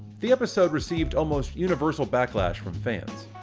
the episode received almost universal backlash from fans.